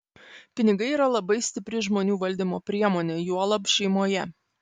pinigai yra labai stipri žmonių valdymo priemonė juolab šeimoje